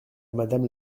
madame